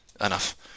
enough